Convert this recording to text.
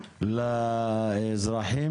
גם לאזרחים